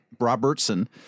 Robertson